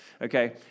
Okay